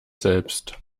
selbst